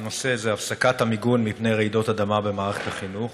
הנושא הוא הפסקת המיגון מפני רעידות אדמה במערכת החינוך.